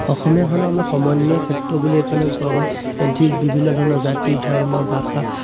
অসমীয়াখন আমাৰ সমন্বয় ক্ষেত্ৰ বুলি এইকাৰণে কোৱা হয় ইয়াত বিভিন্ন ধৰণৰ জাতি ধৰ্ম ভাষা